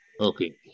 Okay